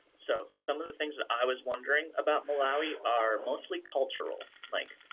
so, some of the things that i was wondering, about malawi are mostly cultural. like,